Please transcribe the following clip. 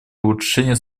улучшения